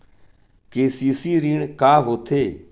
KCC ऋण का होथे?